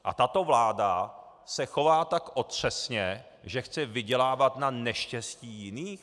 A tato vláda se chová tak otřesně, že chce vydělávat na neštěstí jiných?